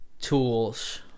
tools